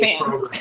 fans